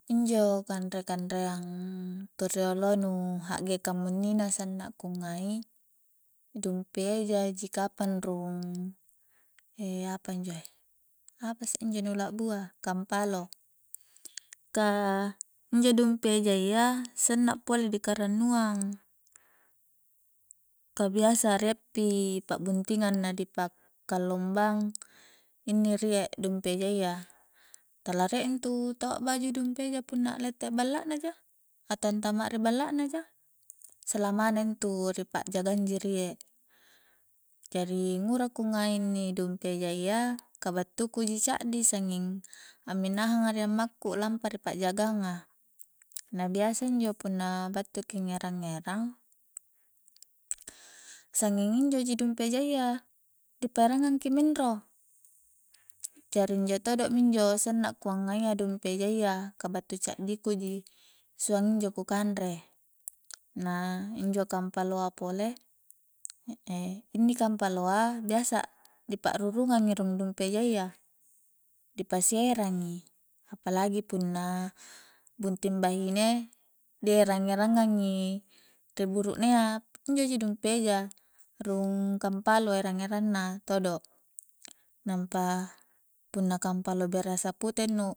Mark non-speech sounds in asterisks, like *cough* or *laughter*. Injo kanre-kanreang tu rioloa nu ha'ge kamunnina sanna ku ngai dumpi eja ji kapang rung *hesitation* apa injoe apa isse injo nu lakbua kampalo ka injo dumpi ejayya sanna pole dikarannuang ka biasa riepi pa'buntingang na di pakkalombang inni rie dumpi ejayya tala rie intu tau a'baju dumpi eja punna lette balla na ja atau antama ri balla na ja salamana intu ri pa'jagang ji rie, jari ngura ku ngai inni dumpi ejayya ka battu ku ji caddi sannging amminahang a ri ammaku lampa ri pa'jagang a na biasa injo punna battuki ngerang-ngerang sangnging injo ji dumpi ejayya di paerangngang ki minro jari injo todo minjo sanna ku angngaia dumpi ejayya ka battu caddi ku ji suang injo ku kanre na injo kampaloa pole *hesitation* inni kampaloa biasa dipa'rurungang i rung dumpi ejayya dipasi erangi apalagi punna bunting bahine di erang-eranngang i ri buruknea injo ji dumpi eja rung kampalo erang-erang na todo nampa punna kampalo berasa pute nu